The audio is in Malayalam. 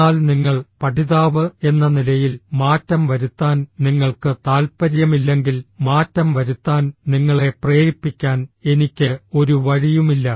എന്നാൽ നിങ്ങൾ പഠിതാവ് എന്ന നിലയിൽ മാറ്റം വരുത്താൻ നിങ്ങൾക്ക് താൽപ്പര്യമില്ലെങ്കിൽ മാറ്റം വരുത്താൻ നിങ്ങളെ പ്രേരിപ്പിക്കാൻ എനിക്ക് ഒരു വഴിയുമില്ല